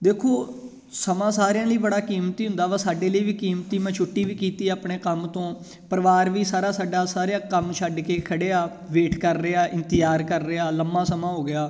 ਦੇਖੋ ਸਮਾਂ ਸਾਰਿਆਂ ਲਈ ਬੜਾ ਕੀਮਤੀ ਹੁੰਦਾ ਵਾ ਸਾਡੇ ਲਈ ਵੀ ਕੀਮਤੀ ਮੈਂ ਛੁੱਟੀ ਵੀ ਕੀਤੀ ਆਪਣੇ ਕੰਮ ਤੋਂ ਪਰਿਵਾਰ ਵੀ ਸਾਰਾ ਸਾਡਾ ਸਾਰਿਆਂ ਕੰਮ ਛੱਡ ਕੇ ਖੜ੍ਹੇ ਆ ਵੇਟ ਕਰ ਰਿਹਾ ਇੰਤਜ਼ਾਰ ਕਰ ਰਿਹਾ ਲੰਬਾ ਸਮਾਂ ਹੋ ਗਿਆ